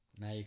Now